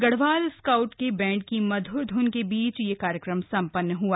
Garhwal scout के band की मध्यर धनों के बीच यह कार्यक्रम संपन्न हुआ